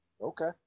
Okay